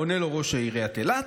עונה לו ראש עיריית אילת,